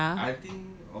ya